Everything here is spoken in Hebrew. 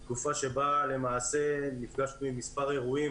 היא תקופה שבה למעשה אתה נפגש כאן עם מספר אירועים